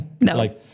No